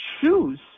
choose